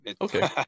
Okay